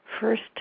First